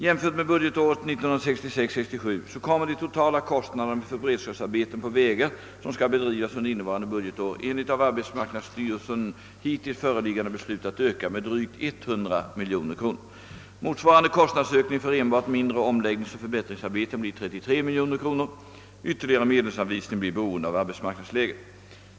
Jämfört med budgetåret 1966/67 kommer de totala kostnaderna för beredskapsarbeten på vägar som skall bedrivas under innevarande budgetår enligt av arbetsmarknadsstyrelsen hittills föreliggande beslut att öka med drygt 100 miljoner kronor. Motsvarande kostnadsökning för enbart mindre omläggningsoch förbättringsarbeten blir 33 miljoner kronor. Ytterligare medelsanvisning blir beroende av arbetsmarknadsläget.